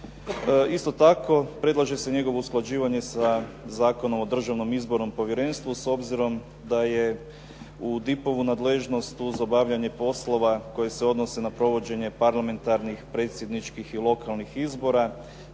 Isto tako, predlaže se njegovo usklađivanje sa Zakonom o Državnom izbornom povjerenstvu s obzirom da je u DIP-ovu nadležnost uz obavljanje poslova koji se odnose na provođenje parlamentarnih, predsjedničkih i lokalnih izbora